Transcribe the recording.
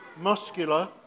muscular